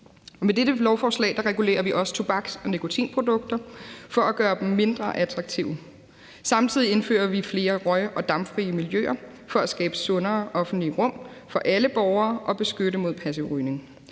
Med dette lovforslag regulerer vi også tobaks- og nikotinprodukter for at gøre dem mindre attraktive. Samtidig indfører vi flere røg- og dampfri miljøer for at skabe sundere offentlige rum for alle borgere og beskytte mod passiv rygning.